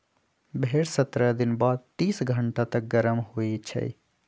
भेड़ सत्रह दिन बाद तीस घंटा तक गरम होइ छइ